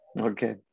Okay